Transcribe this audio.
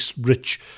rich